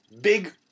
big